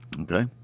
Okay